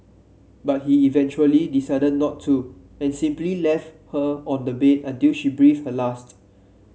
but he eventually decided not to and simply left her on the bed until she breathed her last